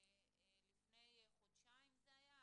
לפני חודשיים זה היה,